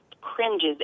cringes